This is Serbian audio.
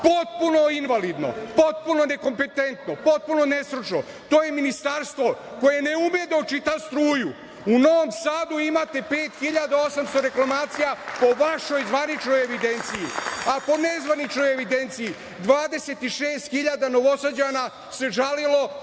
potpuno invalidno, potpuno nekompetentno, potpuno nestručno, to je ministarstvo koje ne ume da očita struju u Novom Sadu imate 5.800 reklamacija po vašoj zvaničnoj evidenciji, a po nezvaničnoj evidenciji 26.000 Novosađana se žalilo